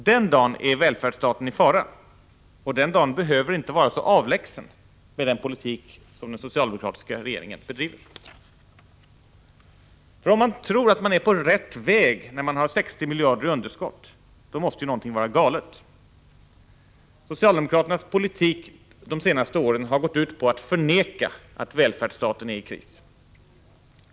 Den dagen är välfärdsstaten i fara — och den dagen behöver inte vara så avlägsen med den politik som den socialdemokratiska regeringen bedriver. För om man tror att man är på ”rätt väg” när man har 60 miljarder i underskott, då måste ju någonting vara galet. Socialdemokraternas politik de senaste åren har gått ut på att förneka att välfärdsstaten är i kris.